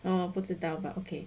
嗯不知道 but okay